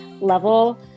level